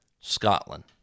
Scotland